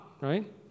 right